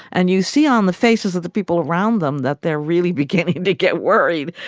and you see on the faces of the people around them that they're really beginning to get worried.